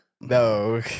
No